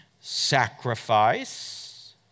sacrifice